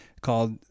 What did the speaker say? called